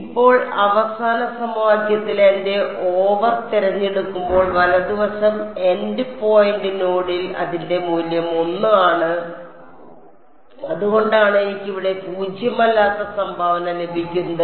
ഇപ്പോൾ അവസാന സമവാക്യത്തിൽ എന്റെ ഓവർ തിരഞ്ഞെടുക്കുമ്പോൾ വലതു വശം എൻഡ് പോയിന്റ് നോഡിൽ അതിന്റെ മൂല്യം 1 ആണ് അതുകൊണ്ടാണ് എനിക്ക് ഇവിടെ പൂജ്യമല്ലാത്ത സംഭാവന ലഭിക്കുന്നത്